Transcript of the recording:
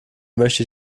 möchte